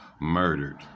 murdered